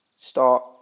start